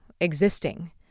existing